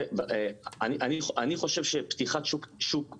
אני חושב שפתיחת השוק הזה,